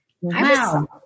wow